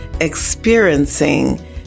experiencing